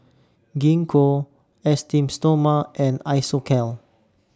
Gingko Esteem Stoma and Isocal